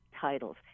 titles